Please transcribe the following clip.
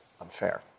unfair